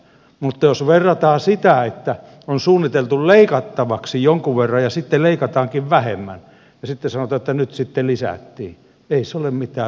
mutta jos verrataan sitä että on suunniteltu leikattavaksi jonkun verran ja sitten leikataankin vähemmän ja sanotaan että nyt sitten lisättiin niin ei se ole mitään li säystä